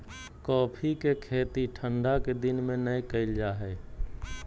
coffee के खेती ठंढा के दिन में नै कइल जा हइ